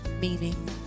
meaning